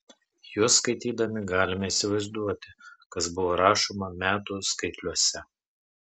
juos skaitydami galime įsivaizduoti kas buvo rašoma metų skaitliuose